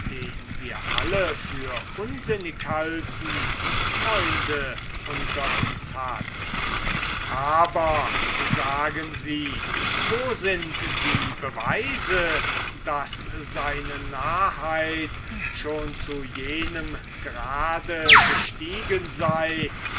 den wir alle für unsinnig halten freunde unter uns hat aber sagen sie wo sind die beweise daß seine narrheit schon zu jenem grade gestiegen ist